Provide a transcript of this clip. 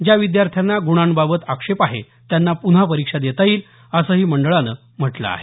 ज्या विद्यार्थ्यांना गुणांबाबत आक्षेप आहे त्यांना पुन्हा परीक्षा देता येईल असंही मंडळानं म्हटलं आहे